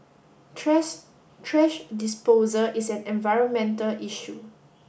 trash disposal is an environmental issue